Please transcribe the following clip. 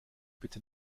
bitte